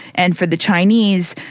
and for the chinese,